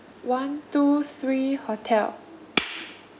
one two three hotel